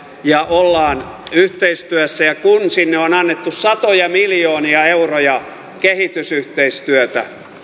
ja ollaan yhteistyössä ja kun sinne on annettu satoja miljoonia euroja kehitysyhteistyövaroja